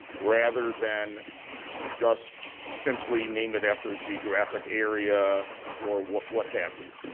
rather than just simply name it after geographic area or what what have you.